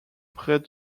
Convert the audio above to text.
près